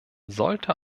sollte